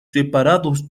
separados